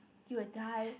you'll die